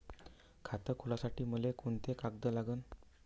खात खोलासाठी मले कोंते कागद लागन?